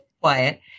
quiet